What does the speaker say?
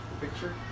picture